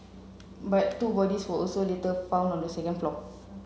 but two bodies were also later found on the second floor